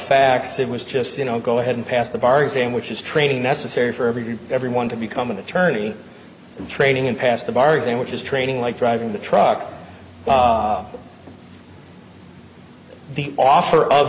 facts it was just you know go ahead and pass the bar exam which is training necessary for everything and everyone to become an attorney in training and pass the bar exam which is training like driving the truck the offer of